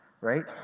right